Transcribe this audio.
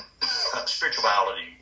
spirituality